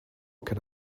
can